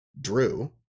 drew